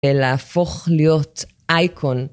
ולהפוך להיות אייקון.